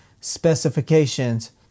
specifications